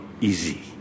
easy